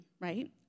right